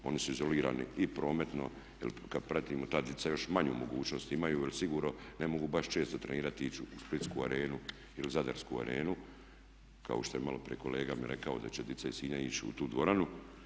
Oni su izolirani i prometno, jer kad pratimo da dica još manju mogućnost imaju jer sigurno ne mogu baš često trenirati i ići u splitsku Arenu ili zadarsku Arenu kao što je malo prije kolega mi rekao, da će dica iz Sinja ići u tu dvoranu.